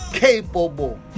capable